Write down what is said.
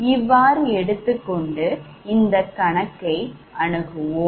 இவ்வாறு எடுத்துக் கொண்டு இந்த கணக்கை அணுகுவோம்